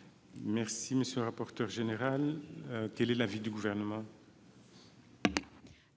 sur cet amendement. Quel est l'avis du Gouvernement ?